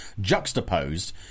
juxtaposed